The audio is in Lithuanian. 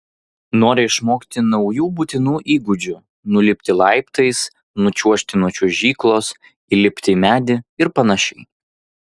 nori išmokti naujų būtinų įgūdžių nulipti laiptais nučiuožti nuo čiuožyklos įlipti į medį ir panašiai